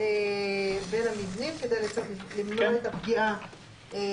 בין המבנים כדי למנוע את הפגיעה -- כן.